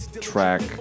track